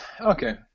okay